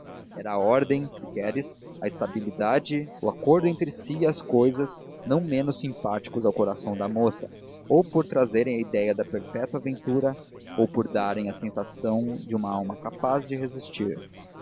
era a ordem se queres a estabilidade o acordo entre si e as cousas não menos simpáticos ao coração da moça ou por trazerem a ideia de perpétua ventura ou por darem a sensação de uma alma capaz de resistir